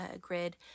grid